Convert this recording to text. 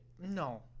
no